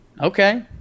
Okay